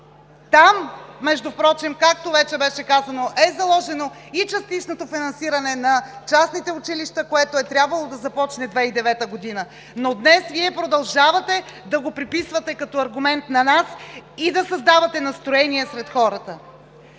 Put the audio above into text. Там, междувпрочем, както вече беше казано, е заложено и частичното финансиране на частните училища, което е трябвало да започне 2009 г., но днес Вие продължавате да го приписвате като аргумент на нас и да създавате настроения сред хората.